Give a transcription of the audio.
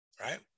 right